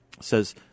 says